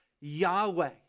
Yahweh